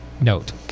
note